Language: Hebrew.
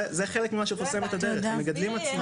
זה חלק ממה שחוסם את הדרך, המגדלים עצמם.